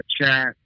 chat